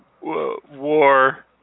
war